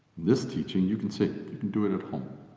this teaching, you can sit, you can do it at home,